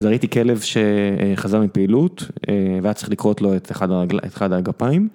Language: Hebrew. אז ראיתי כלב ש.. אה.. חזר מפעילות אה.. והיה צריך לכרות לו את אחד הרג.. את אחד הגפיים.